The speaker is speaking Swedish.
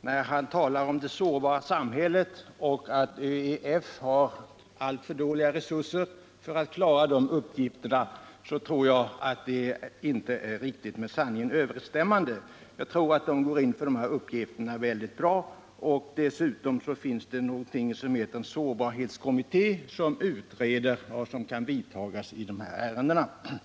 när han talar om det sårbara samhället och om att ÖEF har alltför dåliga resurser för att klara den beredskapen, att detta nog inte är riktigt med sanningen överensstämmande. Jag tror att ÖEF går in för sin uppgift på ett mycket bra sätt. Dessutom finns det någonting som heter sårbarhetskommittén. Den utreder vilka åtgärder som kan vidtas på detta område.